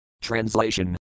Translation